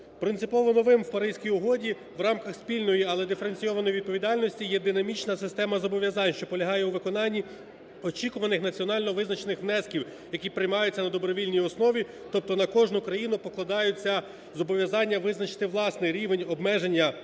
Принципово новим в Паризькій угоді в рамках спільної, але диференційованої відповідальності, є динамічна система зобов'язань, що полягає у виконанні очікуваних національно визначених внесків, які приймаються на добровільній основі, тобто на кожну країну покладаються зобов'язання визначити власний рівень обмеження обсягів